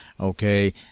Okay